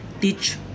teach